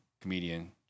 comedian